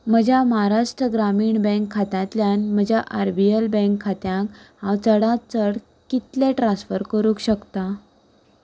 म्हज्या महाराष्ट्र ग्रामीण बँक खात्यांतल्यान म्हज्या आर बी एल बँक खात्यांत हांव चडांत चड कितले ट्रान्स्फर करूंक शकता